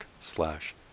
slash